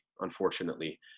unfortunately